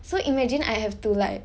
so imagine I have to like